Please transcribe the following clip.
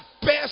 best